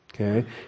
Okay